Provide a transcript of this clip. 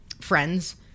friends